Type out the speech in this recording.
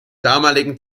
damaligen